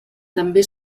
també